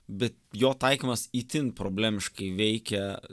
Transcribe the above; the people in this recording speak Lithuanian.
bet jo taikymas itin problemiškai veikia